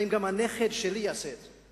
האם גם הנכד שלי יעשה את זה?